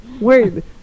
Wait